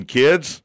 kids